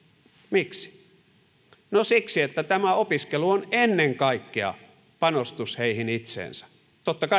miksi no siksi että tämä opiskelu on ennen kaikkea panostus heihin itseensä totta kai